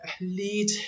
lead